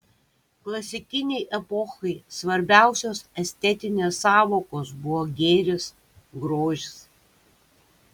klasikinei epochai svarbiausios estetinės sąvokos buvo gėris grožis